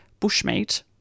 bushmeat